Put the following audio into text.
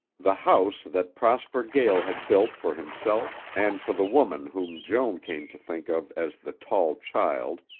the house that prosper gael had built for himself and for the woman whom joan came to think of as the tall child,